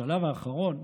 בשלב האחרון,